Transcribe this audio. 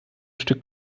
stück